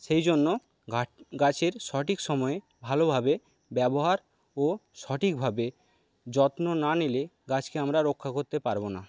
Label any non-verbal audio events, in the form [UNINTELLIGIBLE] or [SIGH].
সেইজন্য [UNINTELLIGIBLE] গাছের সঠিক সময়ে ভালোভাবে ব্যবহার ও সঠিকভাবে যত্ন না নিলে গাছকে আমরা রক্ষা করতে পারবো না